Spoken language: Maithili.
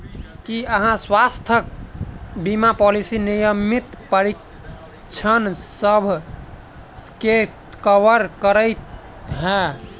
की अहाँ केँ स्वास्थ्य बीमा पॉलिसी नियमित परीक्षणसभ केँ कवर करे है?